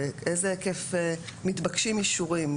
באיזה היקף מתבקשים אישורים,